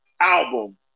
album